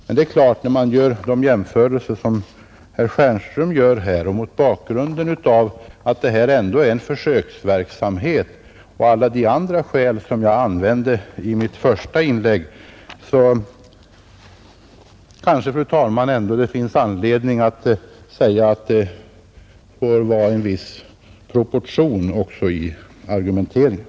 Men när man gör en sådan jämförelse som den som herr Stjernström här gjort finns det väl ändå, fru talman, mot bakgrunden av att detta är en försöksverksamhet samt med tanke på alla de andra skäl som jag anförde i mitt första inlägg kanske ändå anledning säga att det får vara en viss proportion också i argumenteringen.